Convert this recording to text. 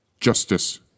Justice